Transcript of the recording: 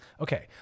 Okay